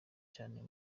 cane